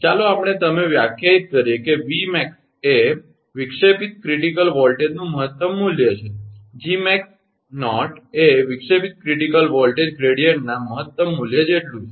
ચાલો આપણે તમે વ્યાખ્યાયિત કરીએ 𝑉𝑚𝑎𝑥 વિક્ષેપિત ક્રિટિકલ વોલ્ટેજનું મહત્તમ મૂલ્ય છે અને 𝐺𝑚𝑎𝑥𝑜 એ વિક્ષેપિત ક્રિટિકલ વોલ્ટેજ ગ્રેડીયંટના મહત્તમ મૂલ્ય જેટલું છે